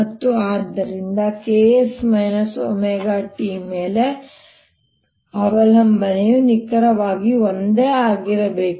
ಮತ್ತು ಆದ್ದರಿಂದ kx wt ಮೇಲೆ ಅದರ ಅವಲಂಬನೆಯು ನಿಖರವಾಗಿ ಒಂದೇ ಆಗಿರಬೇಕು